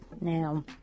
Now